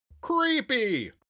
Creepy